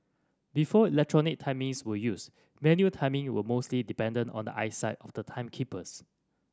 before electronic timings were used manual timing was mostly dependent on the eyesight of the timekeepers